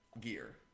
gear